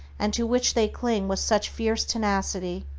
and to which they cling with such fierce tenacity,